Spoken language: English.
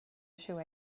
issue